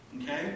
Okay